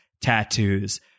tattoos